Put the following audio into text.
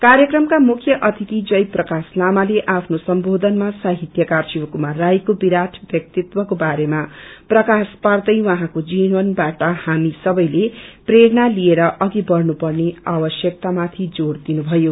कार्यक्रममा मुख्य अतिथि जयप्रकाश लामाले आफ्नो सम्बोधनमा साहित्यकार शिवकुमार राईको विराट व्याक्तित्वको बारेमा प्रस्त्रश पर्वै उहाँको जीवनबाट हामी सबैले क्रेरणा लिएर अघि बढ़नु पर्ने आवश्यकता माथि जोड़ दिनुभ्नयो